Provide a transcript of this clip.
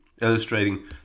illustrating